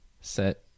set